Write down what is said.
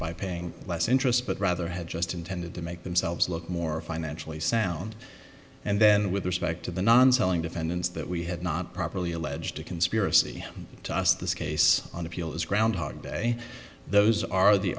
by paying less interest but rather had just intended to make themselves look more financially sound and then with respect to the non selling defendants that we had not properly alleged a conspiracy to us this case on appeal is groundhog day those are the